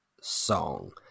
song